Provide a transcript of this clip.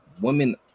women